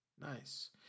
Nice